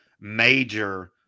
major